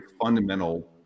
fundamental